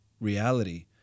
reality